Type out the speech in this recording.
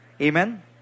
Amen